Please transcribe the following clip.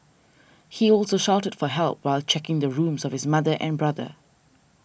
he also shouted for help while checking the rooms of his mother and brother